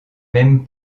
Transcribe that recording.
même